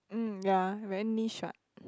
mm yeah very niche what